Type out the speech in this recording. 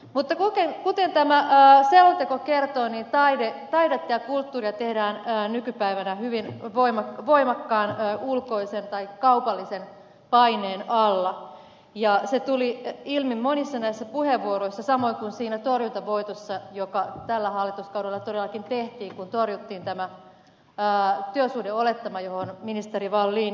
mutta kuten tämä selonteko kertoo niin taidetta ja kulttuuria tehdään nykypäivänä hyvin voimakkaan ulkoisen tai kaupallisen paineen alla ja se tuli ilmi monissa näistä puheenvuoroista samoin kuin siinä torjuntavoitossa joka tällä hallituskaudella todellakin saatiin kun torjuttiin tämä työsuhdeolettama johon ministeri wallin viittasi